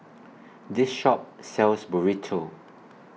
This Shop sells Burrito